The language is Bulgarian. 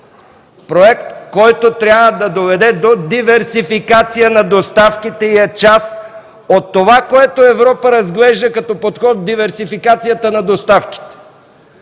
–проект, който трябва да доведе до диверсификация на доставките и е част от това, което Европа разглежда като подход в диверсификацията на доставките.